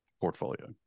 portfolio